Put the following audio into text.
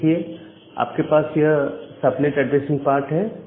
यह देखिए आपके पास यह सब नेट ऐड्रेसिंग पार्ट है